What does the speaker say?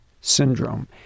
syndrome